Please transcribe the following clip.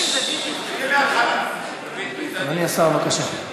אדוני השר, בבקשה.